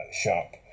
shop